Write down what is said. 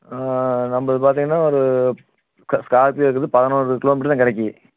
நம்மளுக்கு பார்த்திங்கன்னா ஒரு ஸ்கார்பியோ இருக்குது பதினோரு கிலோமீட்டருதான் கிடைக்கும்